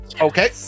Okay